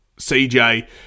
CJ